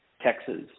Texas